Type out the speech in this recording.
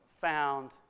found